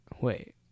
Wait